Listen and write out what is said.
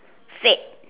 fad